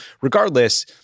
regardless